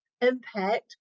impact